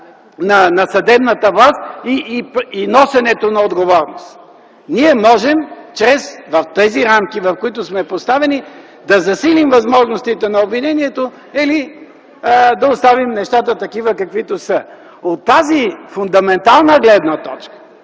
на съдебната власт и носенето на отговорност. Ние можем в рамките, в които сме поставени, да засилим възможностите на обвинението или да оставим нещата такива, каквито са. От тази фундаментална гледна точка